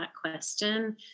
question